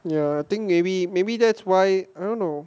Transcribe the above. ya I think maybe maybe that's why I don't know